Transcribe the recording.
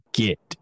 get